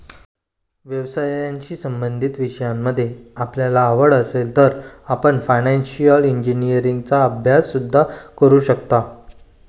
व्यवसायाशी संबंधित विषयांमध्ये आपल्याला आवड असेल तर आपण फायनान्शिअल इंजिनीअरिंगचा अभ्यास सुद्धा करू शकता